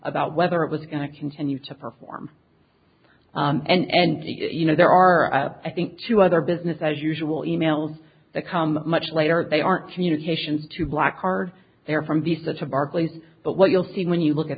about whether it was going to continue to perform and you know there are i think two other business as usual emails that come much later they aren't communications to black card they're from the such a barclays but what you'll see when you look at